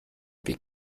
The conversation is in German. weg